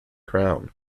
crown